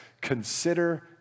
consider